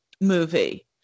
movie